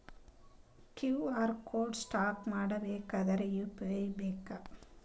QR code scan ಮಾಡಬೇಕಾದರೆ UPI ಬೇಕಾ?